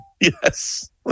Yes